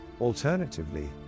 Alternatively